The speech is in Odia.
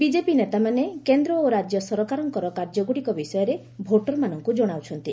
ବିଜେପି ନେତାମାନେ କେନ୍ଦ୍ର ଓ ରାଜ୍ୟ ସରକାରଙ୍କର କାର୍ଯ୍ୟଗୁଡ଼ିକ ବିଷୟରେ ଭୋଟରମାନଙ୍କୁ ଜଣାଉଛନ୍ତି